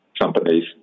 companies